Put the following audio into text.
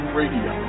radio